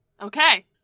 Okay